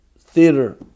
theater